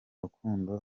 rukundo